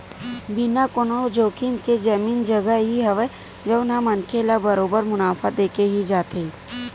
बिना कोनो जोखिम के जमीन जघा ही हवय जउन ह मनखे ल बरोबर मुनाफा देके ही जाथे